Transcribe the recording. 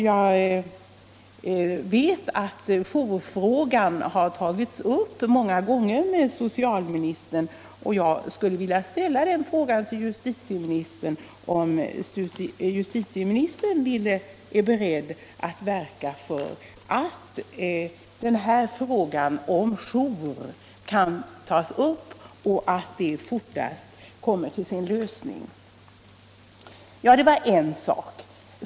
Jag vet att jourfrågan har tagits upp många gånger med socialministern, och jag skulle nu vilja höra om justitieministern är beredd att verka för att frågan om jour tas upp och att den snarast kommer till en lösning. Detta var en sak.